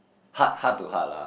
heart heart to heart lah